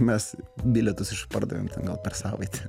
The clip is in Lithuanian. mes bilietus išpardavėm gal per savaitę